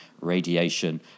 radiation